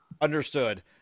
Understood